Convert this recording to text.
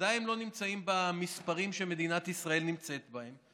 ובוודאי הם לא נמצאים במספרים שמדינת ישראל נמצאת בהם.